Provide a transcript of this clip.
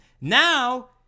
Now